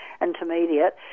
intermediate